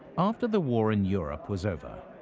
after the war in europe was over,